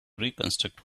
reconstruct